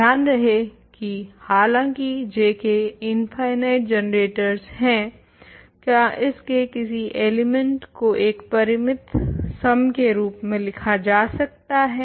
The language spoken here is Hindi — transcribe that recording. ध्यान रहे की हालाँकि J के इनफिनिट जनरेटर्स हैं क्या इसके किसी एलिमेंट को एक परिमित सम के रूप में लिखा जा सकता है